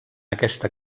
aquesta